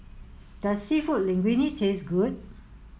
does Seafood Linguine taste good